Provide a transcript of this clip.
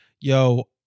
yo